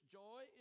joy